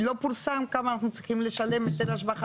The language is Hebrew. לא פורסם כמה אנחנו צריכים לשלם היטל השבחה